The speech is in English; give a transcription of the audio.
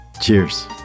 Cheers